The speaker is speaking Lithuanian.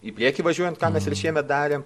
į priekį važiuojant ką mes ir šiemet darėm